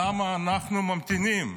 למה אנחנו ממתינים?